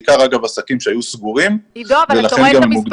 בעיקר עסקים שהיו סגורים - ולכן הם גם מוגדרים